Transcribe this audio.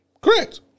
Correct